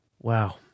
wow